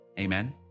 Amen